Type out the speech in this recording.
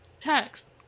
text